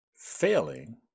failing